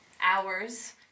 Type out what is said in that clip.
hours